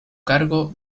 cargo